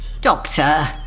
Doctor